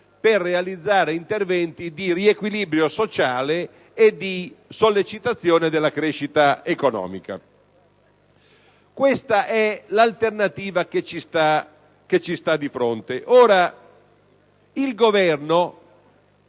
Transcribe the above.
per realizzare interventi di riequilibrio sociale e di sollecitazione della crescita economica? Questa è l'alternativa che abbiamo di fronte.